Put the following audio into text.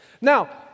Now